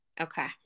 okay